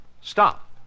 stop